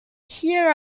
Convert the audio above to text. here